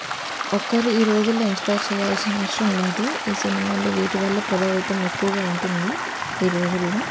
ఒక్కరు ఈ రోజుల్లో ఇన్స్పైర్ చెయ్యాల్సిన అవసరం లేదు ఈ సినిమాలు వీటివల్లే ప్రభావితం ఎక్కువగా ఉంటుంది ఈ రోజుల్లో